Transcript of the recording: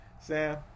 Sam